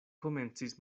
komencis